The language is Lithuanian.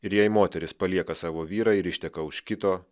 ir jei moteris palieka savo vyrą ir išteka už kito